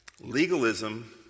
Legalism